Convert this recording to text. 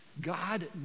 God